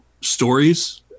stories